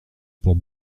pour